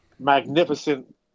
Magnificent